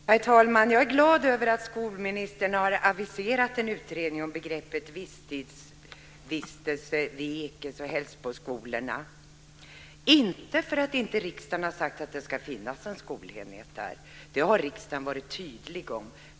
Herr talman! Jag är glad över att skolministern har aviserat en utredning om begreppet visstidsvistelse vid Eke och Hällsboskolorna. Det beror inte på att riksdagen inte har sagt att det ska finnas en skolenhet där - det har riksdagen varit tydlig om.